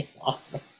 awesome